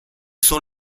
sont